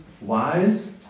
wise